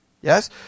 Yes